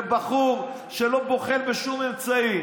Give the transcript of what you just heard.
בבחור שלא בוחל בשום אמצעי.